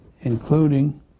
including